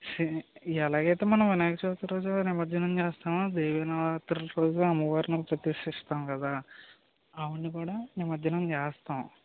ఎలాగైతే మనం వినాయక చవితి రోజు నిమజ్జనం చేస్తామో దేవీ నవరాత్రుల రోజు అమ్మవారిని మనం ప్రతిష్టిస్తాము కదా ఆవిడని కూడా నిమజ్జనం చేస్తాము